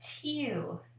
two